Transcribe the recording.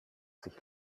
sich